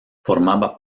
formaba